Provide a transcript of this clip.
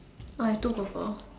I've two purple